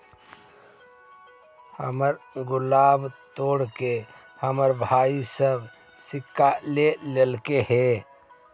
हमर गुल्लक तोड़के हमर भाई सब सिक्का ले लेलके